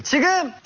so again?